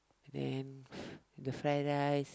then the fried rice